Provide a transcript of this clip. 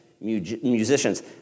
musicians